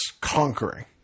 conquering